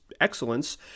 excellence